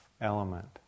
element